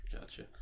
Gotcha